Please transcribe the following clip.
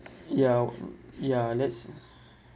ya ya that's